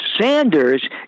Sanders